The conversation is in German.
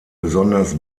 besonders